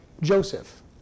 Joseph